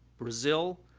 brazil,